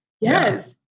Yes